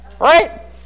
right